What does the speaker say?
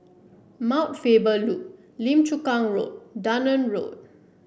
Mount Faber Loop Lim Chu Kang Road Dunman Road